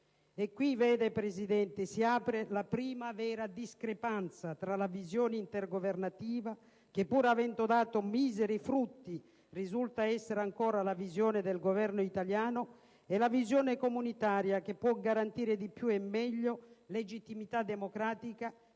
a partire dal Parlamento. Qui si apre la prima vera discrepanza tra la visione intergovernativa, che, pur avendo dato miseri frutti, risulta essere ancora la visione del Governo italiano, e la visione comunitaria che può garantire di più e meglio legittimità democratica,